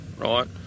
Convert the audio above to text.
right